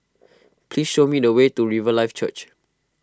please show me the way to Riverlife Church